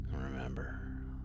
Remember